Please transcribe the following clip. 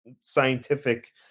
scientific